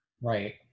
Right